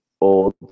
old